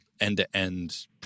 end-to-end